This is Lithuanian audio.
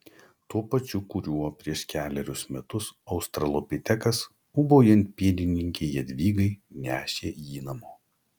tuo pačiu kuriuo prieš kelerius metus australopitekas ūbaujant pienininkei jadvygai nešė jį namo